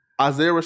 Isaiah